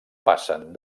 passen